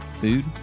food